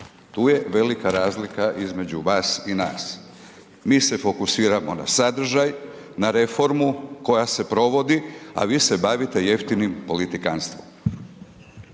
tu je velika razlika između vas i nas, mi se fokusiramo na sadržaj, na reformu koja se provodi, a vi se bavite jeftinim politikanstvom.